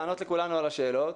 לענות לכולנו על השאלות,